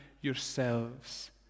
yourselves